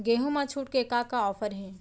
गेहूँ मा छूट के का का ऑफ़र हे?